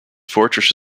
fortress